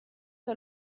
suo